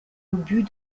obus